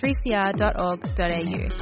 3cr.org.au